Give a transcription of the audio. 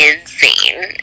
insane